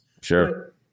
Sure